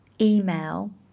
email